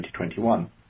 2021